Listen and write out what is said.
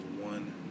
one